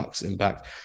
impact